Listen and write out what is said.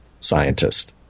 scientist